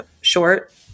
short